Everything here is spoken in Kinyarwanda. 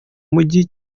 mugi